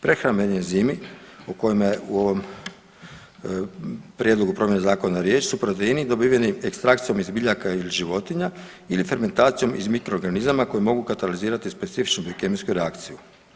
Prehrambeni enzimi o kojima je u ovom prijedlogu promjene zakona riječ su proteini dobiveni ekstrakcijom iz biljaka ili životinja ili fermentacijom iz mikro organizama koji mogu katalizirati specifičnu kemijsku reakciju.